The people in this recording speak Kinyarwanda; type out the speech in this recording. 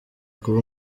kuba